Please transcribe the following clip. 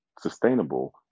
sustainable